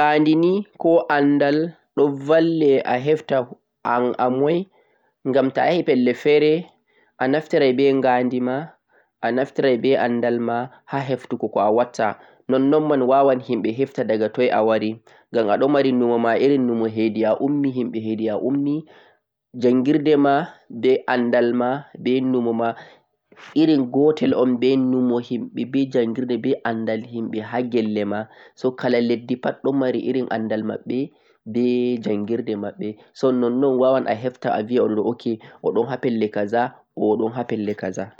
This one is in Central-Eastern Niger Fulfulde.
Ngaadi nii ko andal ɗon valle a hefta an'amoi ngam ta'ayahi pelle fere anaftirai be ngaadima anaftirai be andal ma ha heftugo ko'a watta nonnon mai wawan hmɓe heftai daga toi awari, ngam numo ma irin numo hedi a ummi himɓe hedi a ummi, jangirde ma be andal ma be numoma irin gotel on be numo himɓe be jangirde himɓe ha gelle ma. kala leddi pat ɗon mari irin andal mabɓe be jangirde mabɓe so nonnon awawan a heafta aviya oɗoɗo oɗon ha pelle kaza